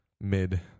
mid